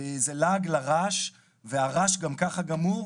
זה לעג לרש והרש גם ככה גמור,